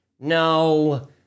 No